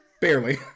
Barely